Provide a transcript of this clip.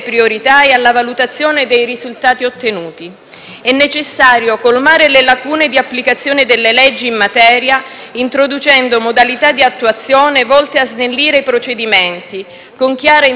È necessario colmare le lacune di applicazione delle leggi in materia, introducendo modalità di attuazione volte a snellire i procedimenti con chiara individuazione della norma ed imposizione della stessa.